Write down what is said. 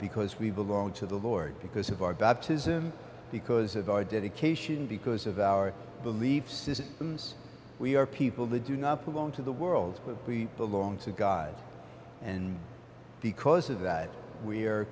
because we belong to the lord because of our baptism because of our dedication because of our belief systems we are people that do not belong to the world but we belong to god and because of that we are